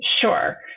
Sure